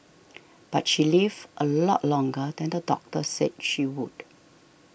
but she lived a lot longer than the doctor said she would